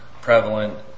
prevalent